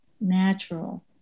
natural